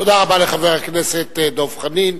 תודה רבה לחבר הכנסת דב חנין.